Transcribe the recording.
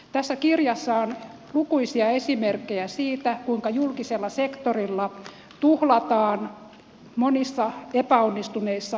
tässä kirjassa on lukuisia esimerkkejä siitä kuinka julkisella sektorilla tuhlataan monissa epäonnistuneissa hankkeissa